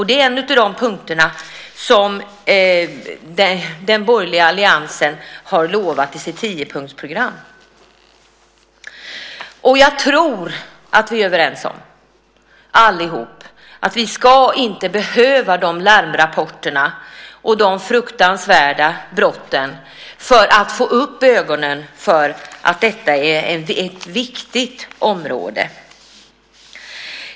Det är en av punkterna i den borgerliga alliansens tiopunktsprogram. Jag tror att vi alla är överens om att vi inte ska behöva larmrapporter och fruktansvärda brott för att få upp ögonen för att detta är ett viktigt område.